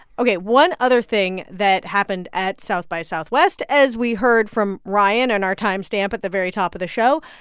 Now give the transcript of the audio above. ok. one other thing that happened at south by southwest, as we heard from ryan in our timestamp at the very top of the show,